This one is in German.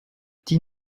die